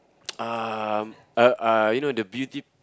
um uh uh you know the beauty